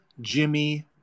Jimmy